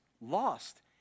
lost